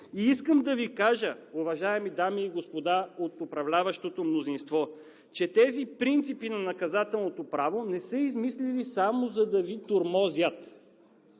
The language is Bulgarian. И искам да Ви кажа, уважаеми дами и господа от управляващото мнозинство, че тези принципи на наказателното право не са измислени само за да Ви тормозят!